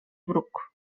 bruc